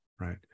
right